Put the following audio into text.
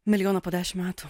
milijoną po dešim metų